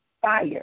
fire